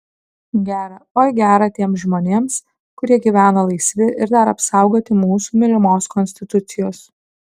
gera oi gera tiems žmonėms kurie gyvena laisvi ir dar apsaugoti mūsų mylimos konstitucijos